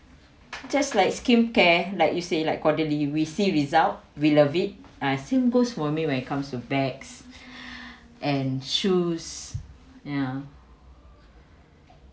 just like skincare like you say like Caudalie we see result we love it same goes for me when it comes to bags and shoes ya